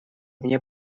мне